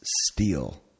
steal